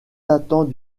datant